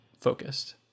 focused